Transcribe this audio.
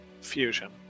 fusion